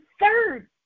third